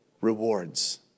rewards